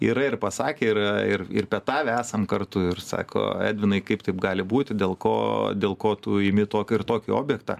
yra ir pasakę ir ir per tą ve esam kartu ir sako edvinai kaip taip gali būti dėl ko dėl ko tu imi tokį ir tokį objektą